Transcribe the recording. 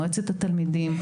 מועצת התלמידים,